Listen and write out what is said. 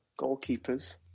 goalkeepers